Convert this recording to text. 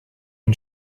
and